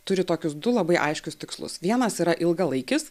turi tokius du labai aiškius tikslus vienas yra ilgalaikis